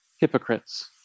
hypocrites